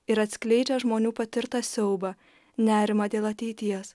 ir atskleidžia žmonių patirtą siaubą nerimą dėl ateities